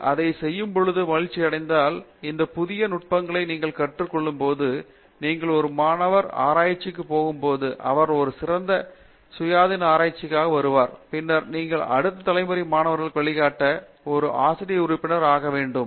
முர்டி நீங்கள் அதை செய்யும் பொழுது மகிழ்ச்சியடைந்தால் இந்த புதிய நுட்பங்களை நீங்கள் கற்றுக் கொள்ளும் போது நீங்கள் ஒரு முனைவர் ஆராய்ச்சிக்குப் போகும் போது அவர்கள் ஒரு சிறந்த சுயாதீன ஆராய்ச்சிக்காக வருவார்கள் பின்னர் நீங்கள் அடுத்த தலைமுறை மாணவர்களுக்கு வழிகாட்ட ஒரு ஆசிரிய உறுப்பினர் ஆகவேண்டும்